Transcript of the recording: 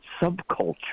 subculture